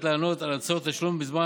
על מנת לענות על הצורך לתשלום בזמן